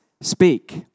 speak